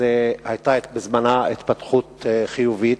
היתה בזמנה התפתחות חיובית.